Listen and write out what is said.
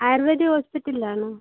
Ayurveda ഹോസ്പിറ്റലാണോ